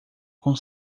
com